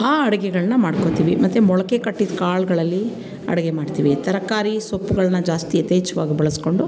ಆ ಅಡುಗೆಗಳನ್ನ ಮಾಡ್ಕೊಳ್ತೀವಿ ಮತ್ತೆ ಮೊಳಕೆ ಕಟ್ಟಿದ ಕಾಳುಗಳಲ್ಲಿ ಅಡುಗೆ ಮಾಡ್ತೀವಿ ತರಕಾರಿ ಸೊಪ್ಪುಗಳನ್ನ ಜಾಸ್ತಿ ಯಥೇಚ್ಛವಾಗಿ ಬಳಸಿಕೊಂಡು